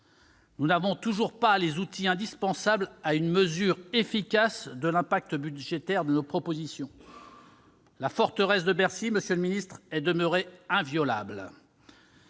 Nous n'avons toujours pas les outils indispensables à une mesure efficace de l'impact budgétaire de nos propositions. La forteresse de Bercy est demeurée inviolable